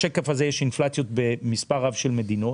בשקף הזה יש אינפלציה במספר רב של מדינות.